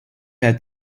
had